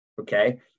Okay